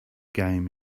game